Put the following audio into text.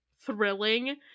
thrilling